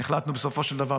החלטנו בסופו של דבר,